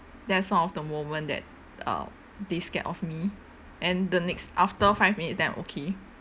that's one of the moment that uh they scared of me and then the next after five minutes then I okay